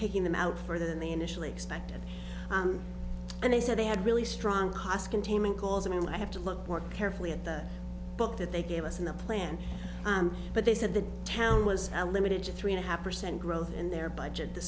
taking them out further than they initially expected and they said they had really strong cost containment goals and i have to look more carefully at the book that they gave us in the plan but they said the town was limited to three and a half percent growth in their budget the